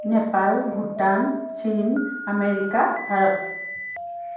নেপাল ভূটান চীন আমেৰিকা ভাৰত